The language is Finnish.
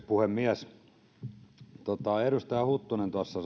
puhemies edustaja huttunen tuossa